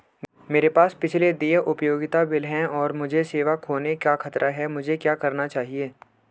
मेरे पास पिछले देय उपयोगिता बिल हैं और मुझे सेवा खोने का खतरा है मुझे क्या करना चाहिए?